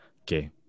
Okay